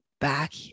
back